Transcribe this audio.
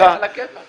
אוקיי, על הכיפק.